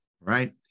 right